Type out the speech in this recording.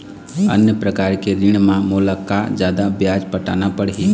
अन्य प्रकार के ऋण म मोला का जादा ब्याज पटाना पड़ही?